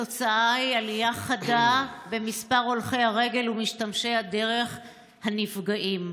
התוצאה היא עלייה חדה במספר הולכי הרגל ומשתמשי הדרך הנפגעים.